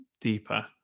deeper